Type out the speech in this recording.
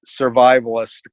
survivalist